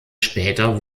später